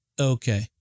Okay